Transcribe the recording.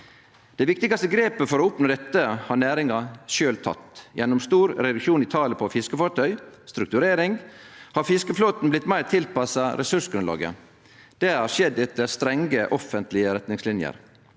Det viktigaste grepet for å oppnå dette har næringa sjølv teke. Gjennom stor reduksjon i talet på fiskefartøy, strukturering, har fiskeflåten blitt meir tilpassa ressursgrunnlaget. Det har skjedd etter strenge offentlege retningslinjer.